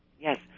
Yes